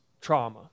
trauma